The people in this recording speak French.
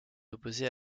opposée